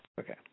Okay